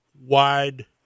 wide